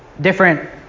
different